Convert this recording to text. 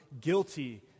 guilty